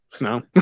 No